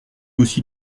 aussi